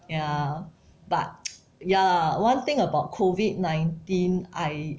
ya but ya lah one thing about COVID nineteen I